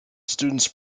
students